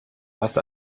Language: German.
warst